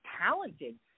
talented